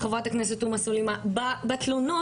חברת הכנסת תומא סלימאן, בתלונות,